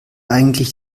eigentlich